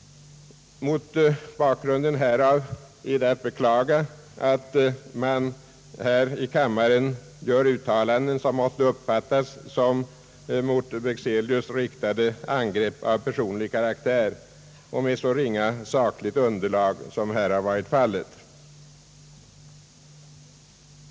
Mot bakgrunden härav är det att beklaga, att det här i kammaren görs uttalanden som måste uppfattas såsom mot Bexelius riktade angrepp av per sonlig karaktär och med så ringa sakligt underlag.